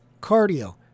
cardio